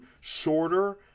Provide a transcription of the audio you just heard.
shorter